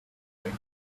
great